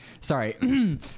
Sorry